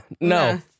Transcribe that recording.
no